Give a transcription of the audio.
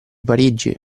parigi